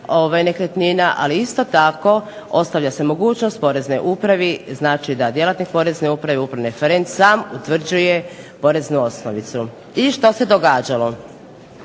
nekretnina, ali isto tako ostavlja se mogućnost poreznoj upravi znači da djelatnik porezne uprave, upravni referent sam utvrđuje poreznu osnovicu. I što se događalo?